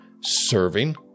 serving